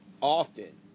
often